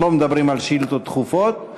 אנחנו לא מדברים על שאילתות דחופות,